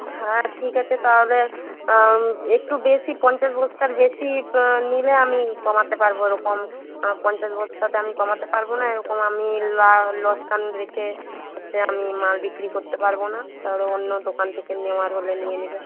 হ্যাঁ ঠিক আছে তাহলে একটু বেশি পঞ্চাশ বস্তার বেশি নিলে আমি কমাতে পারব এরকম পঞ্চাশ বস্তাতে আমি কমাতে পারব না এরকম আমি লোকসান রেখে আমি মাল বিক্রি করতে পারব না তাহলে অন্য দোকান থেকে নেওয়ার হলে নিয়ে নেবে